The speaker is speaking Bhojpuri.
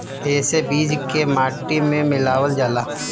एसे बीज के माटी में मिलावल जाला